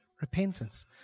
repentance